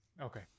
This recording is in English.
okay